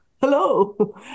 Hello